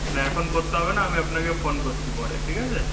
না এখন করতে হবে না আমি আপনাকে ফোন করছি পরে ঠিক আছে